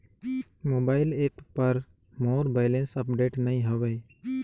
mobile app पर मोर balance update नई हवे